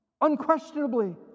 Unquestionably